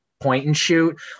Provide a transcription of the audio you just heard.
point-and-shoot